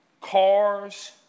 cars